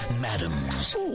madams